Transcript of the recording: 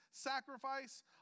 sacrifice